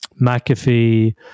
McAfee